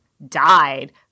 Died